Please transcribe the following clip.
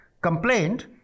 complaint